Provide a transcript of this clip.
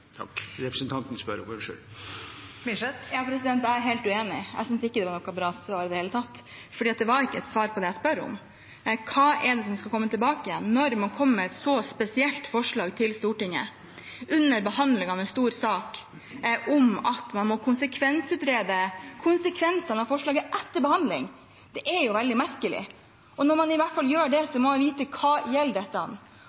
Jeg er helt uenig. Jeg synes ikke det var noe bra svar i det hele tatt. Det var ikke et svar på det jeg spør om: Hva er det man skal komme tilbake til? Når man kommer med et så spesielt forslag til Stortinget, under behandling av en stor sak, om at man må konsekvensutrede konsekvensene av forslaget etter behandling, er det jo veldig merkelig. Når man gjør det, må man i hvert fall